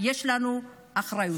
יש לנו אחריות.